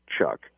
Chuck